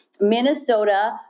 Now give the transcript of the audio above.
Minnesota